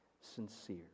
sincere